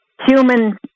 human